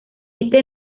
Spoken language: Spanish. este